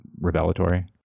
revelatory